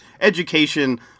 education